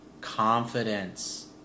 confidence